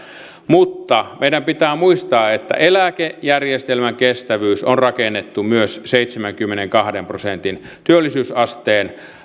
mutta meidän pitää muistaa että eläkejärjestelmän kestävyys on rakennettu myös seitsemänkymmenenkahden prosentin työllisyysasteen